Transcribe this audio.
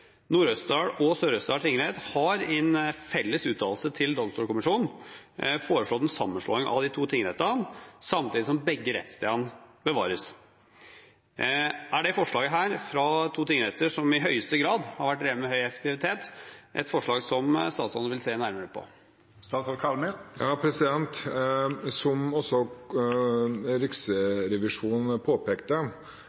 og Sør-Østerdal tingrett har i en felles uttalelse til Domstolkommisjonen foreslått en sammenslåing av de to tingrettene samtidig som begge rettsstedene bevares. Er dette forslaget, fra to tingretter som i høyeste grad har vært drevet med høy effektivitet, et forslag statsråden vil se nærmere på?